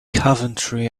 coventry